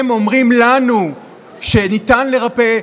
הם אומרים לנו שניתן לרפא,